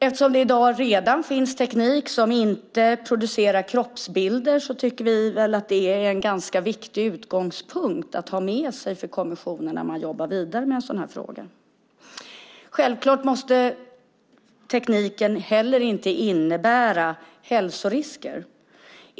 Eftersom det redan i dag finns teknik som inte producerar kroppsbilder tycker vi att det är en ganska viktig utgångspunkt för kommissionen att ha med sig när den jobbar vidare med en sådan här fråga. Självklart får tekniken inte heller innebära hälsorisker.